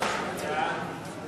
הרווחה והבריאות בדבר חלוקת הצעת חוק